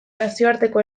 nazioarteko